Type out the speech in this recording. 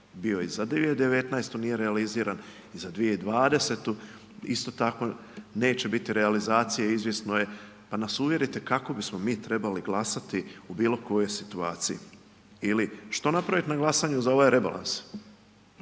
bio je za 2019., nije realiziran i za 2020. isto tako neće biti realizacije, izvjesno je, pa nas uvjerite kako bismo mi trebali glasati u bilo kojoj situaciji ili, što napraviti za glasanju za ovaj rebalans?